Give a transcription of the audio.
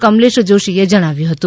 કમલેશ જોશીએ જણાવ્યું હતું